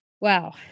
wow